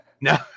No